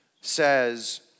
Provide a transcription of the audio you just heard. says